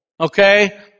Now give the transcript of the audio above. okay